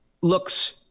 looks